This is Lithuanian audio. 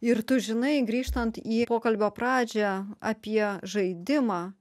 ir tu žinai grįžtant į pokalbio pradžią apie žaidimą